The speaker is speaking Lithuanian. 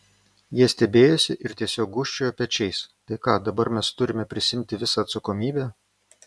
jie stebėjosi ir tiesiog gūžčiojo pečiais tai ką dabar mes turime prisiimti visą atsakomybę